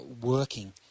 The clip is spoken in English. working